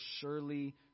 surely